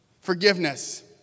forgiveness